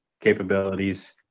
capabilities